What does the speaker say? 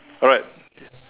alright